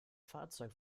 fahrzeug